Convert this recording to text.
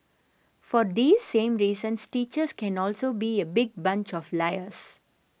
for these same reasons teachers can also be a big bunch of liars